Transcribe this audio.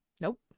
Nope